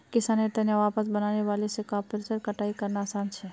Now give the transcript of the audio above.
किसानेर तने कपास बीनने वाला से कपासेर कटाई करना आसान छे